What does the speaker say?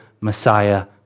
Messiah